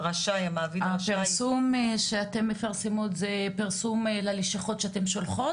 ראשי הפרסום שאתן מפרסמות זה פרסום ללשכות שאתן שולחות,